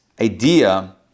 Idea